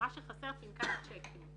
ומה שחסר זה פנקס צ'קים.